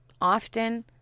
often